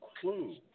clue